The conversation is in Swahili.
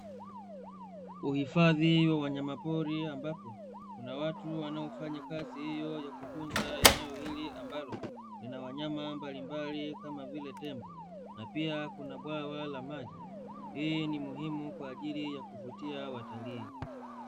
Uhifadhi wa wanyama pori ambapo kuna watu wanaofanya kazi hiyo ya kutunza eneo hili ambalo lina wanyama mbalimbali kama vile tembo na pia kuna bwawa la maji, hii ni muhimu kwa ajili ya kuvutia watalii.